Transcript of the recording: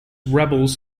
rebels